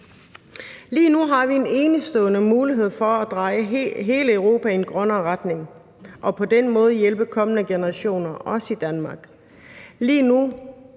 Lige nu har vi en enestående mulighed for at dreje hele Europa i en grønnere retning og på den måde hjælpe kommende generationer, også i Danmark.